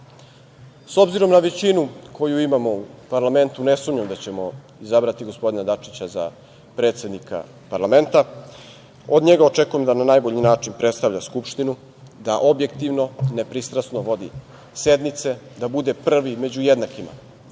Srbije. Obzirom na većinu koju imamo u parlamentu, ne sumnjam da ćemo izabrani gospodina Dačića za predsednika Parlamenta. Od njega očekujem da na najbolji način predstavlja Skupštinu, da objektivno, nepristrasno vodi sednice, da bude prvi među jednakima.